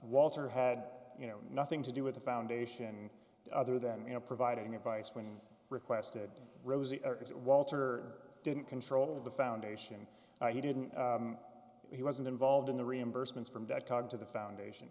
walter had you know nothing to do with the foundation other than you know providing advice when requested rosie it walter didn't control of the foundation he didn't he wasn't involved in the reimbursements from dot com to the foundation